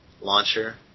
launcher